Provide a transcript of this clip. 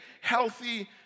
healthy